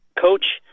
coach